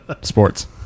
Sports